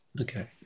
Okay